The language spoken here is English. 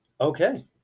Okay